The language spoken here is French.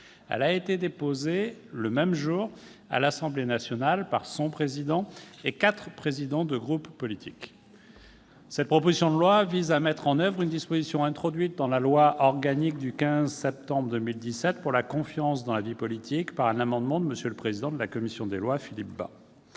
elle l'a été le même jour à l'Assemblée nationale par le président de celle-ci et quatre présidents de groupe politique. Cette proposition de loi vise à mettre en oeuvre une disposition introduite dans la loi organique du 15 septembre 2017 pour la confiance dans la vie politique par un amendement de M. le président de la commission des lois, Philippe Bas.